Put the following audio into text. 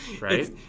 Right